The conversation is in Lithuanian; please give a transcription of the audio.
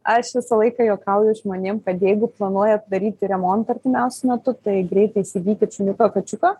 aš visą laiką juokauju žmonėm kad jeigu planuojat daryti remontą artimiausiu metu tai greitai įsigykit šuniuką kačiuką